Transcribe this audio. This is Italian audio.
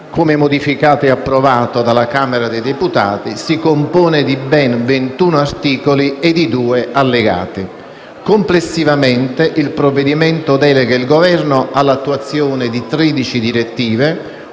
come modificato e approvato dalla Camera dei deputati; esso si compone di ben ventuno articoli e di due allegati. Complessivamente, il provvedimento delega il Governo all'attuazione di tredici direttive,